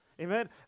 Amen